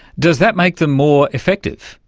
does that make them more effective?